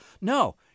No